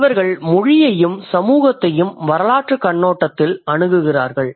இவர்கள் மொழியையும் சமூகத்தையும் வரலாற்று கண்ணோட்டத்தில் அணுகுகிறார்கள்